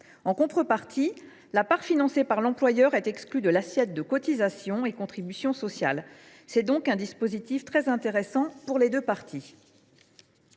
En contrepartie, la part financée par l’employeur est exclue de l’assiette de cotisations et contributions sociales. C’est donc un dispositif très intéressant pour les deux parties.